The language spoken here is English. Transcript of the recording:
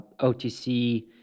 OTC